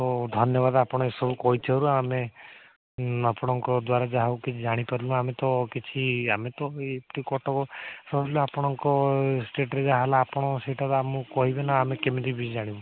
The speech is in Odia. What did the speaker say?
ହଉ ଧନ୍ୟବାଦ ଆପଣଙ୍କ ଏସବୁ କହିଥିବାରୁ ଆମେ ଆପଣଙ୍କ ଦ୍ଵାରା ଯାହା ହେଉ କିଛି ଜାଣିପାରିଲୁ ଆମେ ତ କିଛି ଆମେ ତ ଏମିତି କଟକ ସହର ପିଲା ଆପଣଙ୍କ ଷ୍ଟେଟରେ ଯାହା ହେଲା ଆପଣ ସେହିଠାରେ ଆମକୁ କହିବେ ନା ଆଉ ଆମେ କେମତି ବି ଜାଣିବୁ